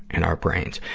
in our brains.